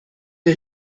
der